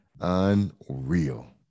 Unreal